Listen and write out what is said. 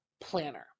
planner